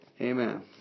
Amen